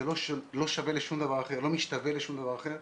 זה לא משתווה לשום דבר אחר,